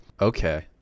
Okay